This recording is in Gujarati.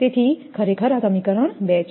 તેથી ખરેખર આ સમીકરણ 2 છે